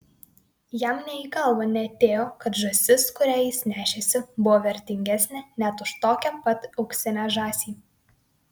jam nė į galvą neatėjo kad žąsis kurią jis nešėsi buvo vertingesnė net už tokią pat auksinę žąsį